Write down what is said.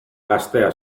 gaztea